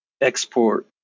Export